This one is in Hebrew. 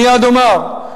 מייד אומר איזה תועלת.